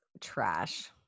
trash